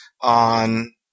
on